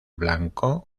blanco